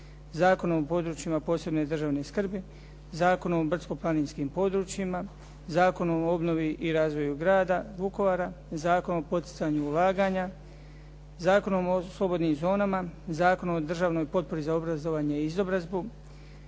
Zakonom o područjima posebne državne skrbi, Zakonom o brdsko-planinskim područjima, Zakonom o obnovi i razvoju grada Vukovara, Zakon o poticanju ulaganja, Zakonom o slobodnim zonama, Zakonom o državnoj potpori za obrazovanje i izobrazbu,